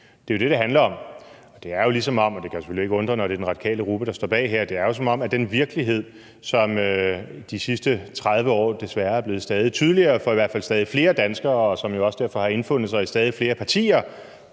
Det er jo det, det handler om. Det er jo – og det kan selvfølgelig ikke undre, når det er De Radikales gruppe, der står bag det her – som om man ikke ser den virkelighed, som de sidste 30 år desværre er blevet stadig tydeligere for i hvert fald stadig flere danskere. Den har jo også derfor indfundet sig i stadig flere partier